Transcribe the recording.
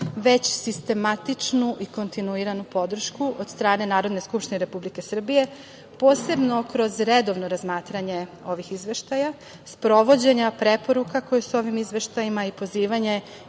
već sistematičnu i kontinuiranu podršku od strane Narodne skupštine Republike Srbije posebno kroz redovno razmatranje ovih izveštaja sprovođenja preporuka koje se ovim izveštajima i pozivanje